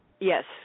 Yes